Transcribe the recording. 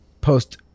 post